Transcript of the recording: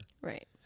Right